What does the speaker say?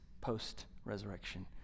post-resurrection